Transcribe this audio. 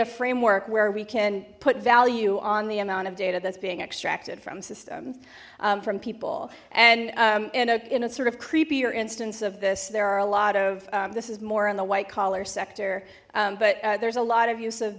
a framework where we can put value on the amount of data that's being extracted from systems from people and in a in a sort of creepy or instance of this there are a lot of this is more in the white collar sector but there's a lot of use of